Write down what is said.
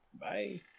Bye